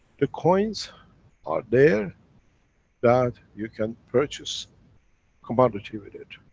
the coins are there that, you can purchase commodity with it.